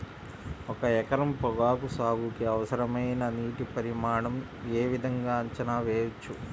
ఒక ఎకరం పొగాకు సాగుకి అవసరమైన నీటి పరిమాణం యే విధంగా అంచనా వేయవచ్చు?